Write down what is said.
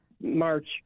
March